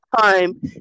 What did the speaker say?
time